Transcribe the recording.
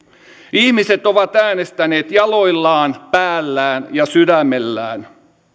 ihmiset ovat äänestäneet jaloillaan päällään ja sydämellään